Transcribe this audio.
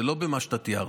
זה לא במה שאתה תיארת.